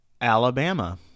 Alabama